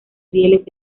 rieles